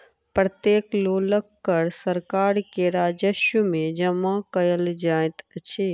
प्रत्येक लोकक कर सरकार के राजस्व में जमा कयल जाइत अछि